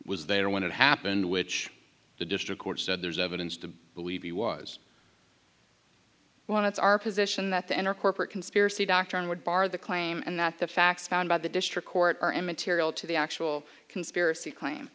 was there when it happened which the district court said there's evidence to believe he was when it's our position that to enter corporate conspiracy doctrine would bar the claim and that the facts found by the district court are immaterial to the actual conspiracy claim